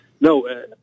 no